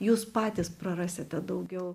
jūs patys prarasite daugiau